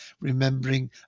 remembering